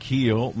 Keel